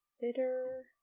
bitter